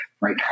right